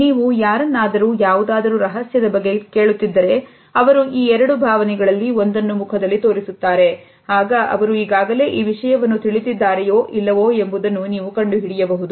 ನೀವು ಯಾರನ್ನಾದರೂ ಯಾವುದಾದರೂ ರಹಸ್ಯದ ಬಗ್ಗೆ ಕೇಳುತ್ತಿದ್ದರೆ ಅವರು ಈ ಎರಡು ಭಾವನೆಗಳಲ್ಲಿ ಒಂದನ್ನು ಮುಖದಲ್ಲಿ ತೋರಿಸುತ್ತಾರೆ ಆಗ ಅವರು ಈಗಾಗಲೇ ಈ ವಿಷಯವನ್ನು ತಿಳಿದಿದ್ದಾರೆಯೋ ಇಲ್ಲವೋ ಎಂಬುದನ್ನು ನೀವು ಕಂಡುಹಿಡಿಯಬಹುದು